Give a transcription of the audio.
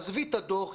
עזבי את הדוח,